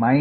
હશે